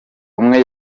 umwe